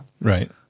Right